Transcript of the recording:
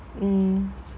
mm